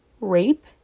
rape